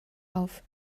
auf